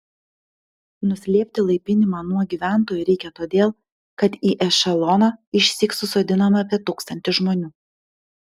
nuslėpti laipinimą nuo gyventojų reikia todėl kad į ešeloną išsyk susodinama apie tūkstantį žmonių